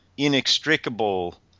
inextricable